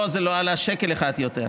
לו זה לא עלה שקל אחד יותר,